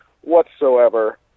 whatsoever